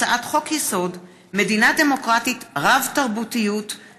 הצעת חוק לקידום הקמת תשתיות טעינה לרכב חשמלי (תיקוני חקיקה),